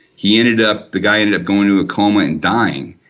he ended up, the guy ended up going into a coma and dying,